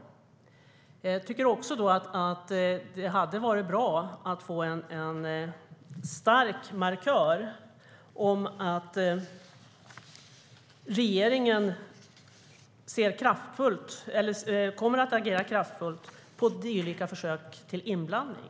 Jag tycker också att det hade varit bra att få en stark markering att regeringen kommer att agera kraftfullt på dylika försök till inblandning.